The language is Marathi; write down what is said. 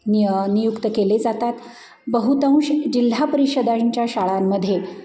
निय नियुक्त केले जातात बहुतांश जिल्हा परिषदांच्या शाळांमध्ये